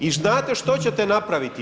I znate što ćete napraviti?